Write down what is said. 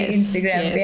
Instagram